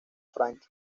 frank